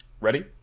Ready